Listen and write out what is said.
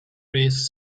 race